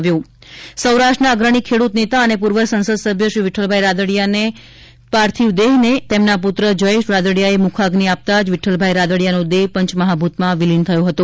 વિઠ્ઠલભાઇ રાદડીયા અંતિમયાત્રા સૌરાષ્ટ્રના અંગ્રણી ખેડૂત નેતા અને પૂર્વ સંસદસભ્ય શ્રી વિક્રલભાઇ રાદડીયાને પાર્થિવ દેહને તેમના પુત્ર જયેશ રાદડીયાએ મુખાગ્નિ આપતા જ વિક્રલભાઇ રાદડીયાનો દેહ પંચમહાભૂતમાં વિલીન થયો હતો